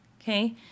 Okay